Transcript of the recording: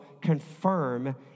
confirm